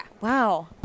Wow